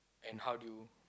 and how do you